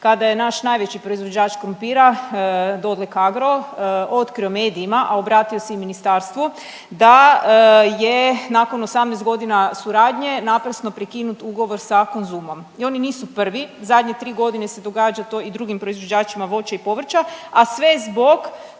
kada je naš najveći proizvođač krumpira Dodlek-Agro otkrio medijima, a obratio se i ministarstvu, da je nakon 18 godina suradnje naprasno prekinut ugovor sa Konzumom. I oni nisu prvi, zadnje 3 godine se događa to i drugim proizvođačima voća i povrća, a sve zbog